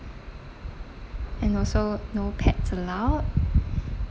and also no pets allowed